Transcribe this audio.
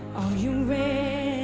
you ready?